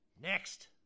Next